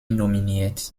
nominiert